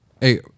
Hey